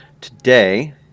Today